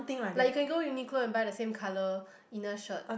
like you can go Uniqlo and buy the same colour inner shirt